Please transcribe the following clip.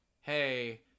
hey